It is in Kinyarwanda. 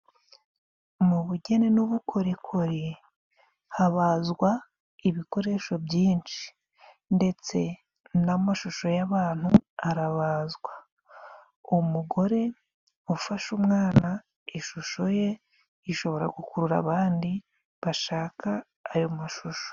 Mu bugeni n'ubukorikori habazwa ibikoresho byinshi. Ndetse n'amashusho y'abantu arabazwa. Umugore ufashe umwana, ishusho ye ishobora gukurura abandi bashaka ayo mashusho.